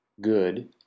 good